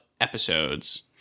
episodes